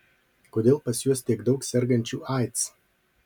kodėl pas juos tiek daug sergančių aids